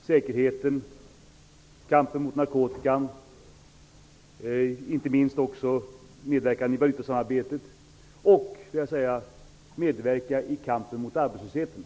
och säkerheten, i kampen mot narkotika, i valutasamarbetet och i kampen mot arbetslösheten.